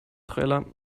trailer